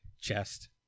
chest